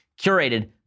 curated